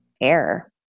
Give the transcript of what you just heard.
air